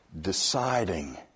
deciding